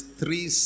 three